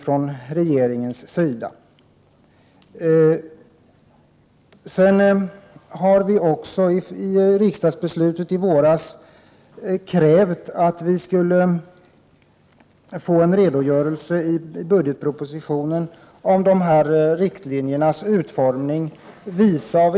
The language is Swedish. Riksdagen krävde i beslutet i våras att vi skulle få en redogörelse i budgetpropositionen över riktlinjernas utformning.